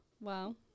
Wow